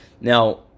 Now